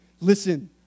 Listen